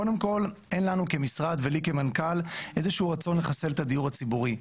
קודם כול אין לנו כמשרד ולי כמנכ"ל איזשהו רצון לחסל את הדיור הציבורי,